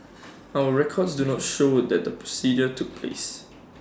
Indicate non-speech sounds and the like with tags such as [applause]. [noise] our records do not show that the procedure took place